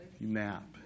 nap